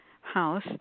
house